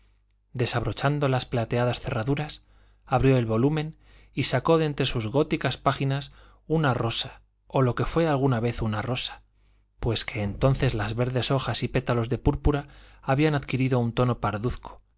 desabrochando las plateadas cerraduras abrió el volumen y sacó de entre sus góticas páginas una rosa o lo que fué alguna vez una rosa pues que entonces las verdes hojas y pétalos de púrpura habían adquirido un tono